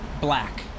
black